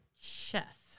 Chef